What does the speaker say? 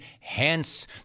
hence